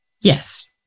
Yes